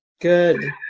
Good